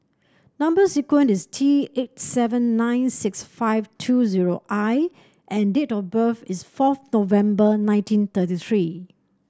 number sequence is T eight seven nine six five two zero I and date of birth is fourth November nineteen thirty three